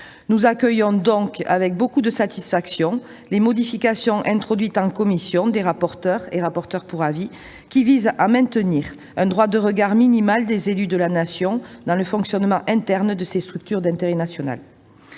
Nous accueillons donc avec beaucoup de satisfaction les modifications introduites en commission, lesquelles visent à maintenir un droit de regard minimal des élus de la Nation sur le fonctionnement interne de ces structures d'intérêt national.